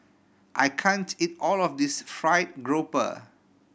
I can't eat all of this fried grouper